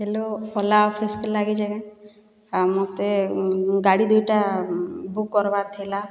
hello Ola ଅଫିସ୍କୁ ଲାଗିଛି କି ହଁ ମୋତେ ଗାଡ଼ି ଦୁଇଟା ବୁକ୍ କର୍ବାର୍ ଥିଲା